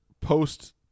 post